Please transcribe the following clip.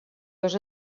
dos